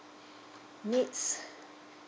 needs